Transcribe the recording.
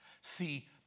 See